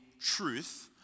truth